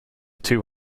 two